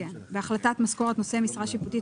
הוספת סעיף 9א1 1. בהחלטת משכורות נושאי משרה שיפוטית,